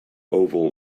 oval